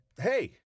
hey